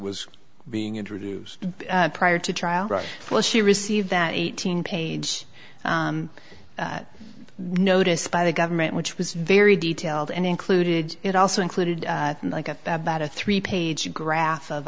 was being introduced prior to trial well she received that eighteen page notice by the government which was very detailed and included it also included and i got about a three page graph of